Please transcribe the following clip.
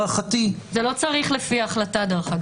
זה לא צריך לפי ההחלטה, דרך אגב.